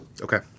okay